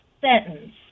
sentence